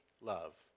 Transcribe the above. love